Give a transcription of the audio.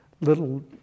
little